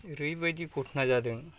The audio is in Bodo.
ओरै बादि घटना जादों